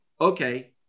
okay